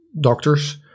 doctors